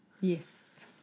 Yes